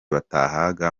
batahaga